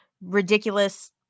ridiculous